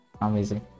Amazing